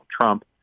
Trump